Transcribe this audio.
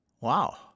Wow